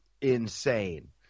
insane